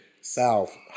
South